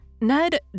Ned